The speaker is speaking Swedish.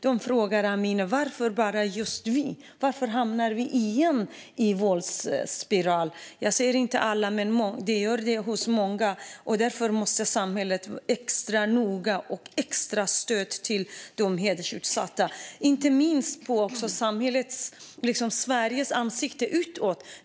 De frågar mig: Varför bara just vi - varför hamnar vi i en våldsspiral igen? Jag säger inte att alla gör det, men många gör det. Därför måste samhället vara extra noga och ge extra stöd till de hedersutsatta. Inte minst handlar detta om Sveriges ansikte utåt.